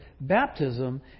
baptism